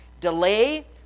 Delay